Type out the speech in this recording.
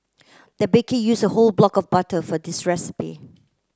the baker used a whole block of butter for this recipe